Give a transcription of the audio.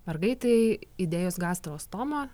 mergaitei įdėjus gastrostomą